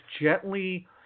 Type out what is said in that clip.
gently